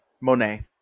Monet